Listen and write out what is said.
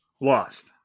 lost